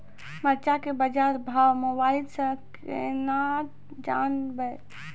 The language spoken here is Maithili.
मरचा के बाजार भाव मोबाइल से कैनाज जान ब?